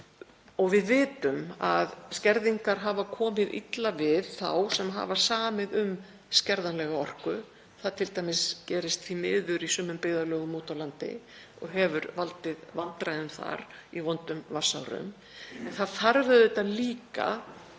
og við vitum að skerðingar hafa komið illa við þá sem hafa samið um skerðanlega orku, það gerist t.d. því miður í sumum byggðarlögum úti á landi og hefur valdið vandræðum þar í vondum vatnsárum en það þarf auðvitað líka,